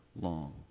long